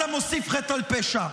אתה מוסיף חטא על פשע.